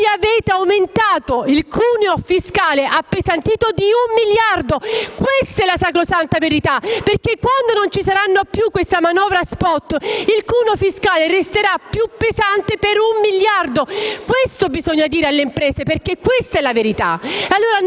Avete appesantito il cuneo fiscale di un miliardo! Questa è la sacrosanta verità, perché quando non ci sarà più questa manovra *spot* il cuneo fiscale resterà più pesante per un miliardo. Questo bisogna dire alle imprese, perché è la verità. Non